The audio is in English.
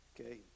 Okay